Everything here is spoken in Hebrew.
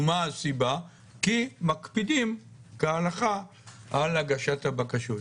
הסיבה היא כי מקפידים כהלכה על הגשת הבקשות.